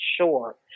sure